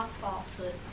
falsehood